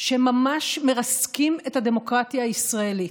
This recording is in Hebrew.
שממש מרסקים את הדמוקרטיה הישראלית: